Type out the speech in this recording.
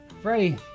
Freddie